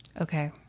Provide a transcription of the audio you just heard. Okay